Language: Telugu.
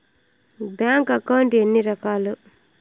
బ్యాంకు అకౌంట్ ఎన్ని రకాలు